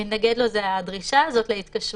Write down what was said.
מתנגד לו זו הדרישה להתקשרות,